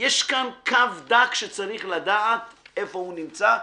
יש כאן קו דק שצריך לדעת איפה הוא נמצא,